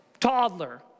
Toddler